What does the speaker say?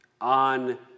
on